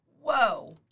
Whoa